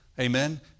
Amen